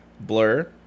Blur